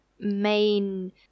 main